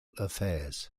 affairs